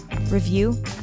review